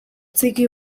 txiki